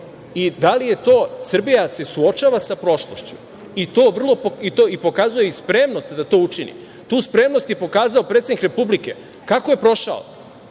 i da li je to…?Srbija se suočava sa prošlošću i pokazuje i spremnost da to učini. Tu spremnost je pokazao predsednik Republike i kako je prošao?